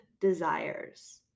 desires